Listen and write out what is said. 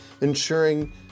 ensuring